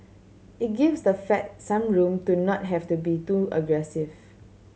it gives the Fed some room to not have to be too aggressive